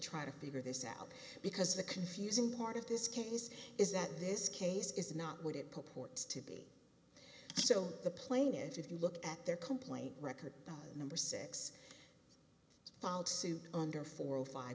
try to figure this out because the confusing part of this case is that this case is not what it purports to be so the plain is if you look at their complaint record that number six filed suit under four or five